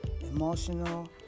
emotional